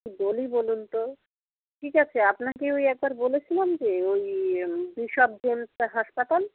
কী বলি বলুন তো ঠিক আছে আপনাকে ওই একবার বলেছিলাম যে ওই বিশপ জেমস হাসপাতাল